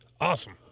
Awesome